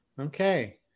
Okay